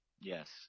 Yes